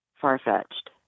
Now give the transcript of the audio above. far-fetched